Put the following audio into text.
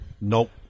Nope